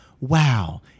wow